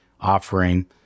offering